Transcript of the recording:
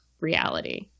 reality